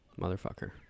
Motherfucker